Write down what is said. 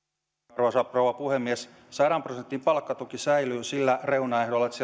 arvoisa rouva puhemies sadan prosentin palkkatuki säilyy sillä reunaehdolla että